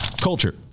Culture